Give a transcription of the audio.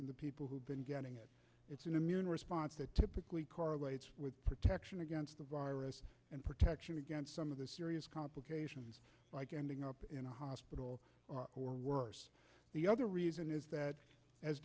in the people who have been getting it's an immune response that typically correlates with protection against the virus and protection against some of the serious complications like ending up in a hospital or worse the other reason is that as